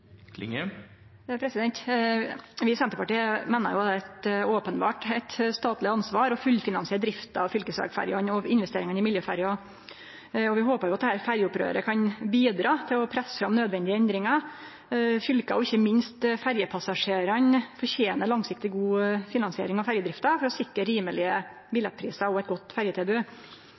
Senterpartiet meiner at det openbert er eit statleg ansvar å fullfinansiere drifta av fylkesvegferjene og investeringane i miljøferjer, og vi håper at dette ferjeopprøret kan bidra til å presse fram nødvendige endringar. Fylka og ikkje minst ferjepassasjerane fortener langsiktig god finansiering av ferjedrifta for å sikre rimelege billettprisar og eit godt ferjetilbod.